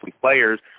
players